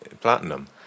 Platinum